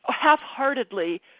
Half-heartedly